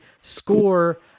score